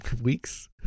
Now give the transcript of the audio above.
Weeks